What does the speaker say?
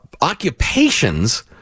occupations